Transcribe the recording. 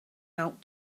out